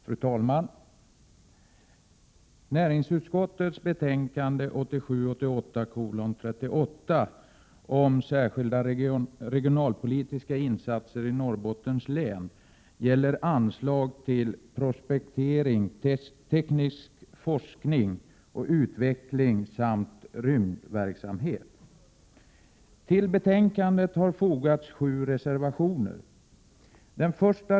Fru talman! Näringsutskottets betänkande 1987/88:38 om särskilda regionalpolitiska insatser i Norrbottens län gäller anslag till prospektering, teknisk forskning och utveckling samt rymdverksamhet. Till betänkandet har fogats sju reservationer.